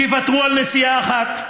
שיוותרו על נסיעה אחת.